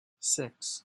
six